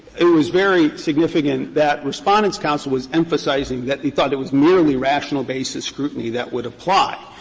it was very significant that respondents' counsel was emphasizing that he thought it was merely rational basis scrutiny that would apply.